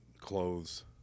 clothes